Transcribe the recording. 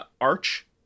arch